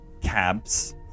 cabs